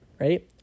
right